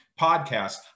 podcast